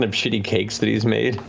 um shitty cakes that he's made.